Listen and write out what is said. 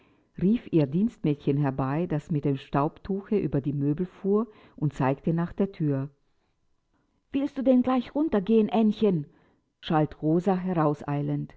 rief ihr dienstmädchen herbei das mit dem staubtuche über die möbel fuhr und zeigte nach der thür wirst du denn gleich runtergehen aennchen schalt